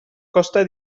costa